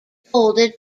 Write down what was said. folded